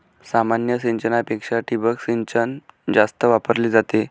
सामान्य सिंचनापेक्षा ठिबक सिंचन जास्त वापरली जाते